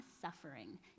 suffering